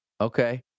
Okay